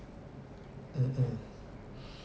mm mm